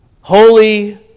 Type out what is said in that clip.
holy